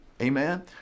Amen